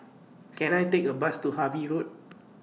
Can I Take A Bus to Harvey Road